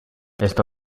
esto